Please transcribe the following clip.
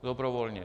Dobrovolně.